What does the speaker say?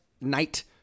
night